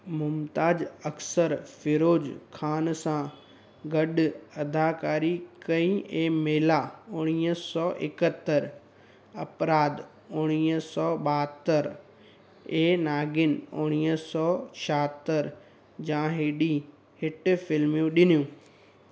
मुमताज अक़्सर फ़िरोज खान सां गडु॒ अदाकारी कई ऐं मेला उणिवीह सौ एकहतरि अपराध उणिवीह सौ ॿाहतरि ऐं नागिन उणिवीह सौ छाहतरि जाहिड़ी हिट फिल्मूं डि॒नूं